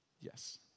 Yes